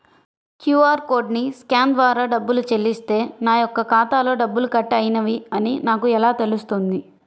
QR కోడ్ని scan ద్వారా డబ్బులు చెల్లిస్తే నా యొక్క ఖాతాలో డబ్బులు కట్ అయినవి అని నాకు ఎలా తెలుస్తుంది?